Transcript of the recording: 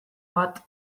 bat